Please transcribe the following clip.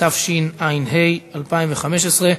התשע"ה 2015,